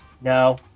no